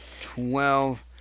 twelve